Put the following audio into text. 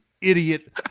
idiot